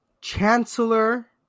Chancellor